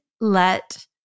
let